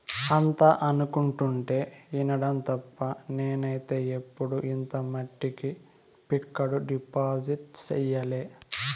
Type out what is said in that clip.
అంతా అనుకుంటుంటే ఇనడం తప్ప నేనైతే ఎప్పుడు ఇంత మట్టికి ఫిక్కడు డిపాజిట్ సెయ్యలే